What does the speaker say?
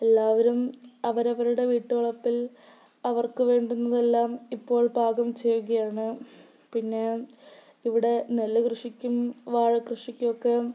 എല്ലാവരും അവരവരുടെ വീട്ടുവളപ്പിൽ അവർക്ക് വേണ്ടുന്നതെല്ലാം ഇപ്പോൾ പാകം ചെയ്യുകയാണ് പിന്നെ ഇവിടെ നെൽ കൃഷിക്കും വാഴക്കൃഷിക്കും ഒക്കെയും